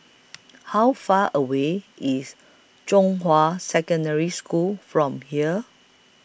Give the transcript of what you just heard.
How Far away IS Zhonghua Secondary School from here